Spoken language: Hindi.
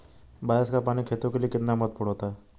बारिश का पानी खेतों के लिये कितना महत्वपूर्ण होता है?